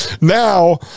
now